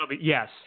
Yes